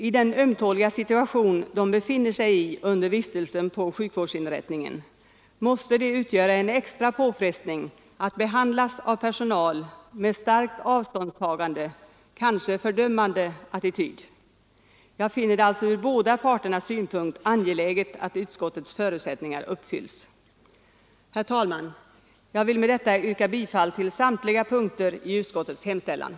I den ömtåliga situation de befinner sig i under vistelsen på sjukvårdsinrättningen måste det utgöra en extra påfrestning att behandlas av personal med starkt avståndstagande — kanske fördömande — attityd. Jag finner det alltså från båda parternas synpunkt angeläget att utskottets förutsättningar uppfylls. Herr talman! Jag vill med detta yrka bifall till vad utskottet hemställt på samtliga punkter i betänkandet.